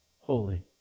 holy